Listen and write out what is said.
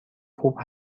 خوب